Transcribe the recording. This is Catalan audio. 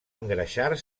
engreixar